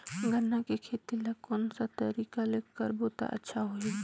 गन्ना के खेती ला कोन सा तरीका ले करबो त अच्छा होही?